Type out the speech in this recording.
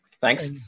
Thanks